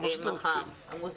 עליהם מחר.